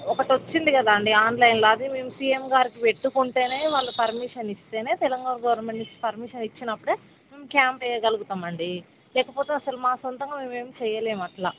ఒకటి వచ్చింది కదా అండి ఆన్లైన్లో అది మేము సీఎం గారికి పెట్టుకుంటే వాళ్ళు పర్మిషన్ ఇస్తే తెలంగాణ గవర్నమెంట్ నుంచి పర్మిషన్ ఇచ్చినపుడు మేము క్యాంప్ వేయగలుగుతాం అండి లేకపోతే అసలు మా సొంతంగా మేము ఏమి చేయలేము అట్ల